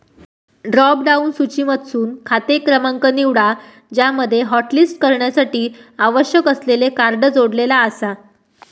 drop down सूचीमधसून खाते क्रमांक निवडा ज्यामध्ये हॉटलिस्ट करण्यासाठी आवश्यक असलेले कार्ड जोडलेला आसा